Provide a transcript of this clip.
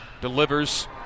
delivers